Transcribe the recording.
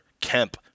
Kemp